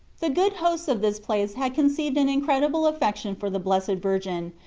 the good hosts of this place had conceived an incredible affection for the blessed virgin,